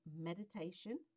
meditation